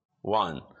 one